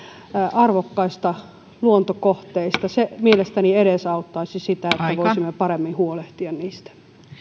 arvokkaista luontokohteista se mielestäni edesauttaisi sitä että voisimme paremmin huolehtia niistä